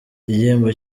igihembo